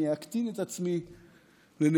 אני אקטין את עצמי לנקודה,